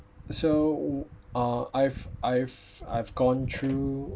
so uh I've I've I've gone through